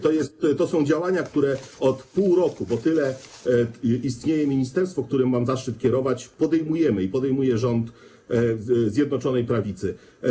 To są działania, które od pół roku, bo tyle istnieje ministerstwo, którym mam zaszczyt kierować, podejmujemy i podejmuje rząd Zjednoczonej Prawicy.